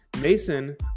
Mason